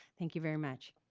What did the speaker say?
thank you very much.